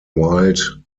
wild